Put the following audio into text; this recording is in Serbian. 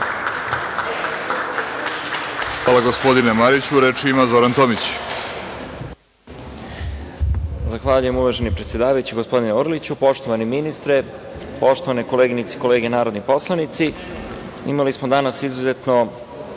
Hvala gospodine Mariću. Reč ima Zoran Tomić.